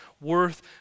worth